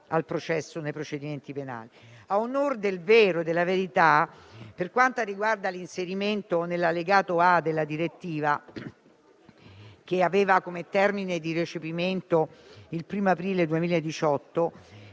A onor del vero, per quanto riguarda l'inserimento nell'allegato A della direttiva, che aveva come termine di recepimento il 1° aprile 2018,